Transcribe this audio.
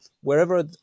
wherever